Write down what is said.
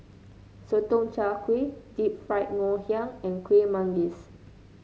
Sotong Char Kway Deep Fried Ngoh Hiang and Kueh Manggis